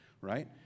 Right